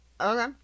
Okay